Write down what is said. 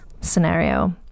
scenario